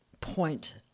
point